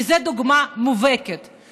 כי זו דוגמה מובהקת.